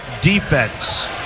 defense